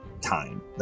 time